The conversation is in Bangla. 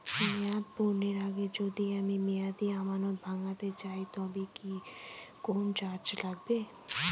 মেয়াদ পূর্ণের আগে যদি আমি মেয়াদি আমানত ভাঙাতে চাই তবে কি কোন চার্জ লাগবে?